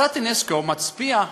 הצעת אונסק"ו מצביעה